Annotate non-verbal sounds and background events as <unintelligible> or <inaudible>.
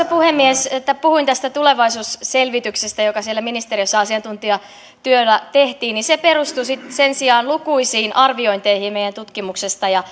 <unintelligible> puhemies puhuin tästä tulevaisuusselvityksestä joka siellä ministeriössä asiantuntijatyönä tehtiin se perustui sen sijaan lukuisiin arviointeihin meidän tutkimuksestamme ja <unintelligible>